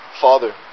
Father